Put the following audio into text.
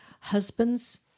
husband's